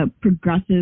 Progressive